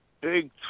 Big